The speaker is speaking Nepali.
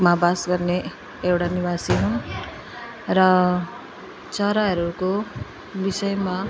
मा बास गर्ने एउटा निवासी हुँ र चराहरूको विषयमा